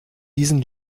diesen